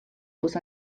pusă